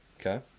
Okay